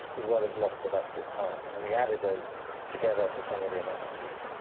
as well as lost productive time, and we added those together for some of the analyses.